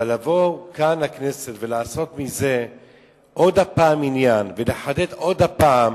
אבל לבוא לכאן לכנסת ולעשות מזה עוד פעם עניין ולחדד עוד פעם,